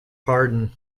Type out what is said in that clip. pardon